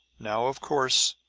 now, of course,